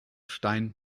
stein